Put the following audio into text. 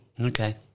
Okay